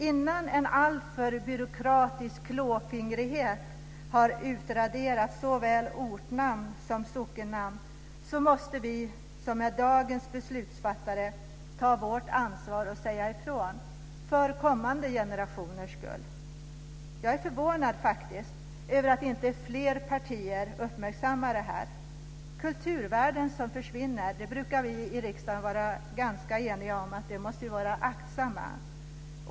Innan en alltför byråkratisk klåfingrighet har utraderat såväl ortnamn som sockennamn måste vi som är dagens beslutsfattare ta vårt ansvar och säga ifrån, för kommande generationers skull. Jag är förvånad över att inte fler partier uppmärksammar detta. Det är kulturvärden som försvinner. Vi i riksdagen brukar vara eniga om att vara aktsamma om kulturvärden.